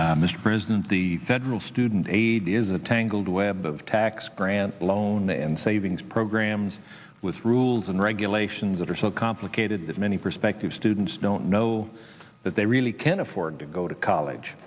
objection mr president the federal student aid need is a tangled web of tax grant loan and savings programs with rules and regulations that are so complicated that many perspective students don't know that they really can't afford to go to college